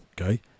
Okay